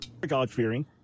God-fearing